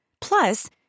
Plus